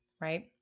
right